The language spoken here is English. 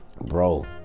bro